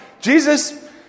Jesus